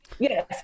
Yes